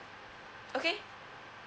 okay